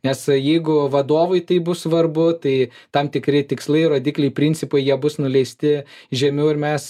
nes jeigu vadovui tai bus svarbu tai tam tikri tikslai rodikliai principai jie bus nuleisti žemiau ir mes